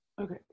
Okay